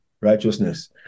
righteousness